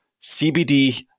CBD